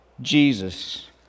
Jesus